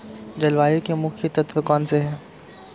जलवायु के मुख्य तत्व कौनसे हैं?